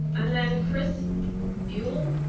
and then, chris euell,